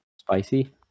Spicy